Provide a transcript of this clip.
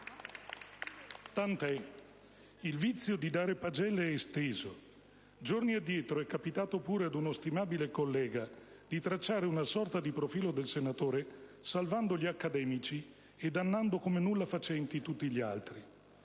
Tant'è, il vizio di dare pagelle è esteso. Giorni addietro è capitato pure ad uno stimabile collega di tracciare una sorta di profilo del senatore, salvando gli accademici e dannando come nullafacenti tutti gli altri.